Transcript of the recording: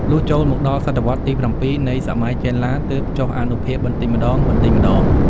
លុះ ចូលមកដល់សតវត្សទី៧ នៃសម័យចេនឡាទើបចុះអានុភាពបន្តិចម្តងៗ។